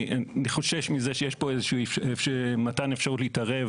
אני חושש מזה שיש פה מתן אפשרות להתערב,